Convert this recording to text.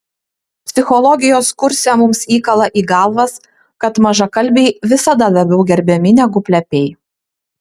psichologijos kurse mums įkala į galvas kad mažakalbiai visada labiau gerbiami negu plepiai